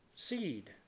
seed